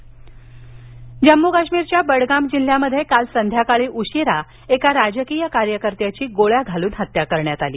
काश्मीर जम्मू काश्मीरच्या बडगाम जिल्ह्यात काल संध्याकाळी उशिरा एका राजकीय कार्यकर्त्याची गोळ्या घालून हत्त्या करण्यात आली